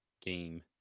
game